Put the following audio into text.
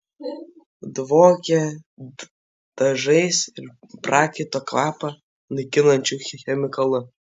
dvokė dažais ir prakaito kvapą naikinančiu chemikalu